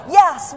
yes